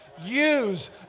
use